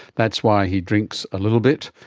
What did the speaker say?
that's why he drinks a little bit,